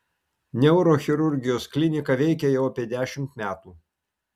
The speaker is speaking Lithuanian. neurochirurgijos klinika veikia jau apie dešimt metų